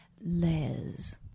Layers